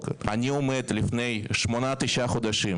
למרות שחבריי משמאל הציגו את ההתנגדות.